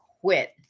quit